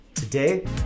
Today